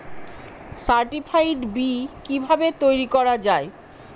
Certified বি কিভাবে তৈরি করা যায়?